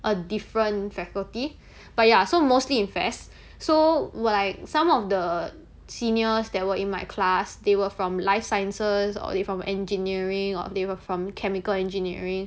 a different faculty but ya so mostly in F_A_S_S so we're like some of the seniors that were in my class they were from life sciences or they from engineering or they were from chemical engineering